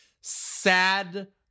sad